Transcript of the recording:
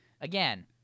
Again